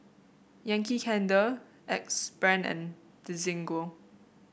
Yankee Candle Axe Brand and Desigual